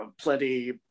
plenty